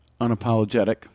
Unapologetic